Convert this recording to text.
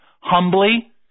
humbly